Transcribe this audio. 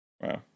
Wow